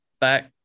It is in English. back